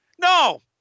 no